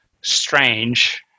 strange